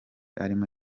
arimo